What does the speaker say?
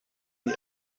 die